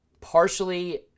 partially